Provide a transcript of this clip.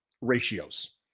ratios